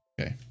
Okay